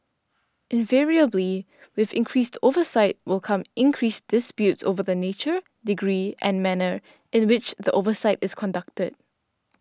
invariably with increased oversight will come increased disputes over the nature degree and manner in which the oversight is conducted